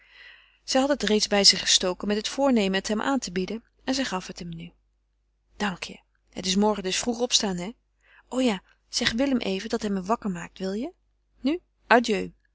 zij had het reeds bij zich gestoken met het voornemen het hem aan te bieden en zij gaf het hem nu dank je het is morgen dus vroeg opstaan hé o ja zeg willem even dat hij me wakker maakt wil je nu